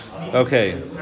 Okay